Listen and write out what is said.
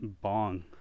bong